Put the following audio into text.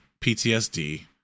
PTSD